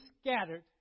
scattered